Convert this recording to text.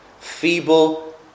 feeble